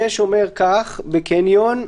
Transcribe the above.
"(6)בקניון,